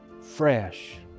fresh